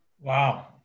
Wow